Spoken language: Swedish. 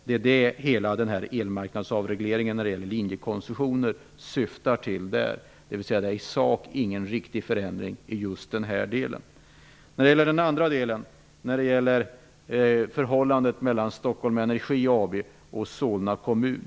Det är vad hela elmarknadsavregleringen när det gäller linjekoncessioner syftar till, dvs. i sak är det ingen riktig förändring. Vidare var det förhållandet mellan Stockholm Energi AB och Solna kommun.